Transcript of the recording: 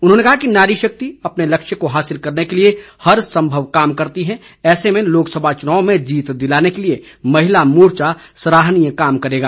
उन्होंने कहा कि नारी शक्ति अपने लक्ष्य को हासिल करने के लिए हर सम्भव कार्य करती है ऐसे में लोकसभा चुनाव में जीत दिलाने के लिए महिला मोर्चा सराहनीय कार्य करेगा